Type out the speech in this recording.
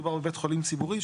מדובר בית חולים ציבורי,